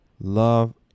love